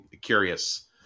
curious